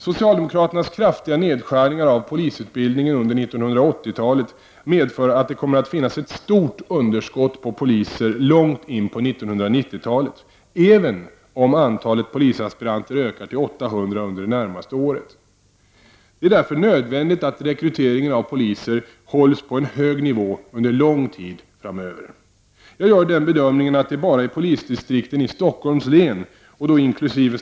Socialdemokraternas kraftiga nedskärningar av polisutbildningen under 1980-talet medför att det kommer att finnas ett stort underskott på poliser långt in på 1990-talet, även om antalet polisaspiranter ökar till 800 under det närmaste året. Det är därför nödvändigt att nyrekryteringen av poliser hålls på en hög nivå under lång tid framöver. Jag gör den bedömningen att det bara i polisdistrikten i Stockholms län, inkl.